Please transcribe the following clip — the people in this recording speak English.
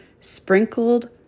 sprinkled